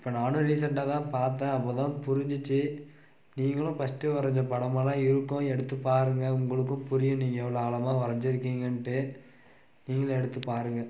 இப்போ நான் ரீசன்ட்டாக தான் பார்த்த அப்போதுதான் புரிஞ்சுச்சு நீங்களும் ஃபர்ஸ்ட்டு வரைஞ்ச படமெல்லாம் இருக்கும் எடுத்து பாருங்க உங்களுக்கும் புரியும் நீங்கள் எவ்வளோ ஆழமாக வரைஞ்சிருக்கிங்கன்ட்டு நீங்களும் எடுத்து பாருங்க